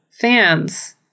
Fans